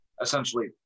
essentially